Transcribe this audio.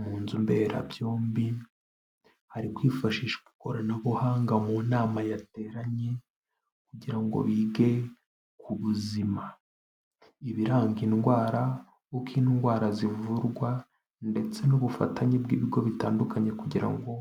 Mu nzu mbera byombi hari kwifashishwa ikoranabuhanga mu nama yateranye, kugira ngo bige ku buzima, ibiranga indwara, uko indwara zivurwa, ndetse n'ubufatanye bw'ibigo bitandukanye kugira ngo